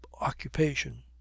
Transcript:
occupation